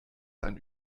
einen